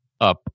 up